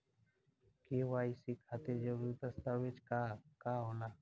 KYC खातिर जरूरी दस्तावेज का का होला?